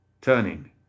Turning